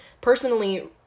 personally